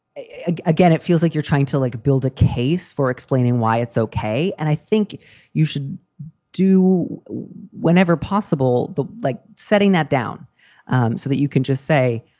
again, it feels like you're trying to, like, build a case for explaining why it's ok and i think you should do whenever possible, but like setting that down so that you can just say,